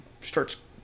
starts